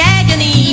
agony